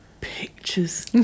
pictures